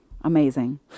Amazing